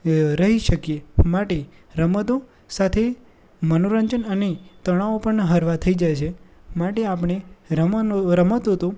રહી શકીએ માટે રમતો સાથે મનોરંજન અને તણાવ પણ હળવા થઈ જાય છે માટે આપણે રમનો રમતો તો